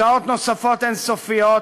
שעות נוספות אין-סופיות,